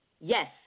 yes